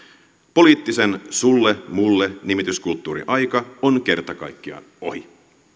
poliittisen sulle mulle nimityskulttuurin aika on kerta kaikkiaan ohi